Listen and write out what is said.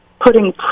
putting